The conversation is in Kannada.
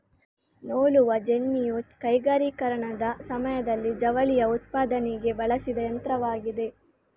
ನೂಲುವ ಜೆನ್ನಿಯು ಕೈಗಾರಿಕೀಕರಣದ ಸಮಯದಲ್ಲಿ ಜವಳಿ ಉತ್ಪಾದನೆಗೆ ಬಳಸಿದ ಯಂತ್ರವಾಗಿದೆ